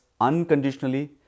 unconditionally